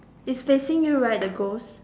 is facing you right the ghost